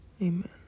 amen